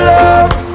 love